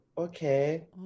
okay